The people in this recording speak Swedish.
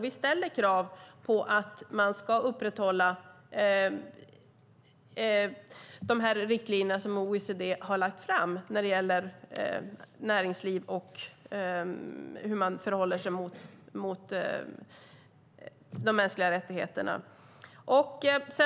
Vi ställer krav på att man ska följa de riktlinjer som OECD tagit fram gällande näringsliv och mänskliga rättigheter.